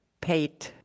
paid